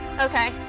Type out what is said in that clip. Okay